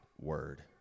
word